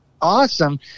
awesome